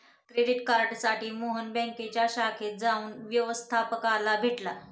credit कार्डसाठी मोहन बँकेच्या शाखेत जाऊन व्यवस्थपकाला भेटला